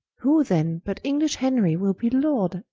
who then, but english henry, will be lord,